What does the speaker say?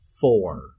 four